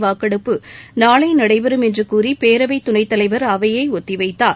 வாக்கெடுப்பு நாளை நடைபெறும் என்று கூறி பேரவைத் துணைத் தலைவர் அவையை ஒத்திவைத்தார்